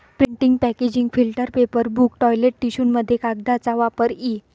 printing packaging filter paper book toilet टिश्यूमध्ये कागदाचा वापर इ